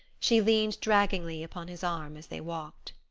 she leaned draggingly upon his arm as they walked.